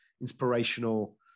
inspirational